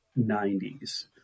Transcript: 90s